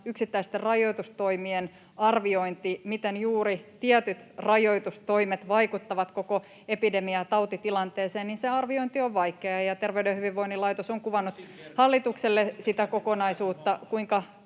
yksittäisten rajoitustoimien arviointi, miten juuri tietyt rajoitustoimet vaikuttavat koko epidemiaan ja tautitilanteeseen, on vaikeaa. Terveyden ja hyvinvoinnin laitos on kuvannut hallitukselle sitä kokonaisuutta, kuinka